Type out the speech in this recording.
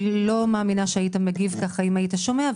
כי אני לא מאמינה שהיית מגיב כך אם היית שומע,